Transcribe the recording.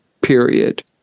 period